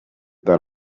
that